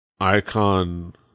Icon